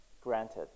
granted